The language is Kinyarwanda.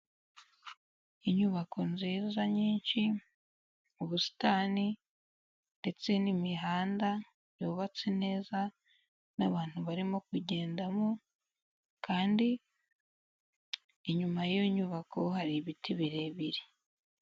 Inyubako nziza nyinshi, ubusitani ndetse n'imihanda yubatse neza, n'abantu barimo kugenda mo, kandi inyuma y'iyo nyubako, hari ibiti birebire.